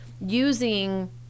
using